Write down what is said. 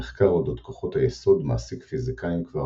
המחקר אודות כוחות היסוד מעסיק פיזיקאים כבר